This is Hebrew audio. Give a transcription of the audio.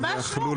ממש לא,